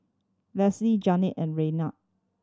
Lessie Janeen and Raynard